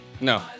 no